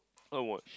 oh what